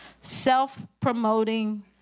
self-promoting